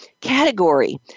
category